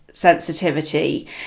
sensitivity